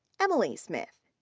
emily smith.